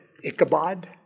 Ichabod